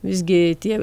visgi tie